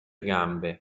gambe